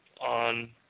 on